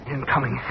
Incoming